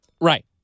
Right